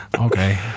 Okay